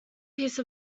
piece